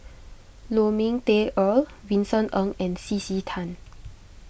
Lu Ming Teh Earl Vincent Ng and C C Tan